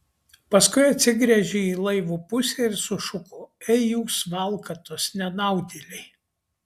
paskui atsigręžė į laivo pusę ir sušuko ei jūs valkatos nenaudėliai